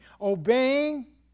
Obeying